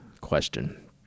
question